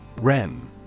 REM